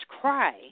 cry